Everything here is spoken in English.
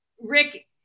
Rick